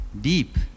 deep